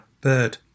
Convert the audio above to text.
bird